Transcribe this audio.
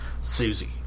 Susie